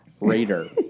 Raider